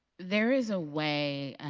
there is a way